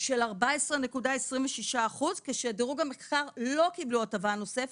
של 14.26% כשדירוג המחקר לא קיבלו הטבה נוספת,